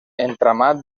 entramat